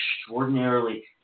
extraordinarily